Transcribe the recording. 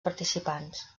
participants